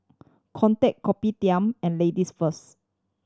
Kodak Kopitiam and Ladies First